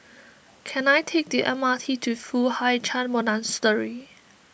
can I take the M R T to Foo Hai Ch'an Monastery